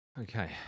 Okay